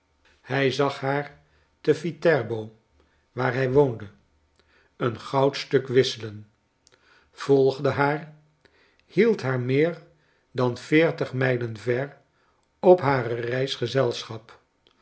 hij zag haar te v i t e r b o waar hij woonde een goudstuk wisselen volgde haar hield haar meer dan veertig mijlen ver op hare reis